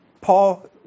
Paul